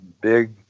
big